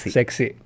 Sexy